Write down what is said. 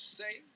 say